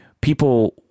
people